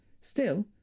Still